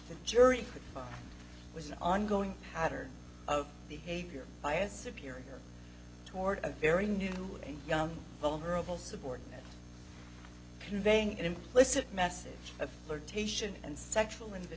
the jury was an ongoing pattern of behavior by a superior toward a very new young vulnerable subordinate conveying an implicit message of flirtation and sexual in